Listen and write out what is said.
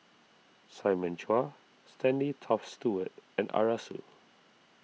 Simon Chua Stanley Toft Stewart and Arasu